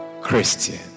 Christian